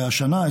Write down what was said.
והשנה,